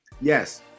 Yes